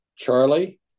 Charlie